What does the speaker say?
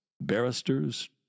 Barristers